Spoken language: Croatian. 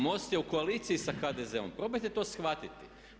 MOST je u koaliciji sa HDZ-om, probajte to shvatiti.